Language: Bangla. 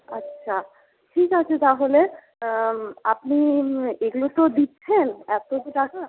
আচ্ছা ঠিক আছে তাহলে আপনি এগুলো তো দিচ্ছেন এতো কি টাকা